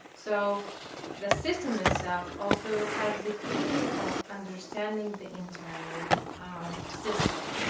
so the system itself also has the key of understanding the entire system.